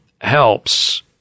helps